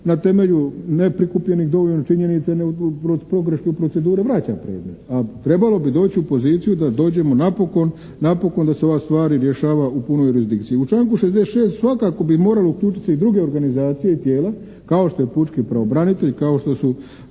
na temelju neprikupljenih dovoljno činjenica, pogreške u proceduri, vraća predmet. A trebalo bi doći u poziciju da dođemo napokon, napokon da se ova stvar rješava u punoj jurisdikciji. U članku 66. svakako bi moralo uključiti i druge organizacije i tijela kao što je pučki pravobranitelj, kao što su